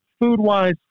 food-wise